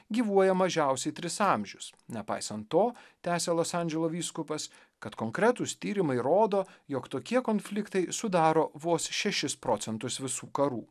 gyvuoja mažiausiai tris amžius nepaisant to tęsė los andželo vyskupas kad konkretūs tyrimai rodo jog tokie konfliktai sudaro vos šešis procentus visų karų